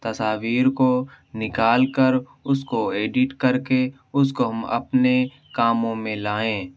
تصاویر کو نکال کر اس کو ایڈٹ کر کے اس کو ہم اپنے کاموں میں لائیں